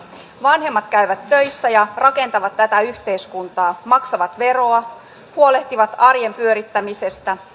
vanhemmat käyvät töissä ja rakentavat tätä yhteiskuntaa maksavat veroa huolehtivat arjen pyörittämisestä